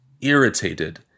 irritated